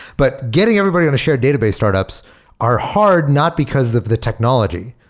but getting everybody on a shared database startups are hard not because of the technology.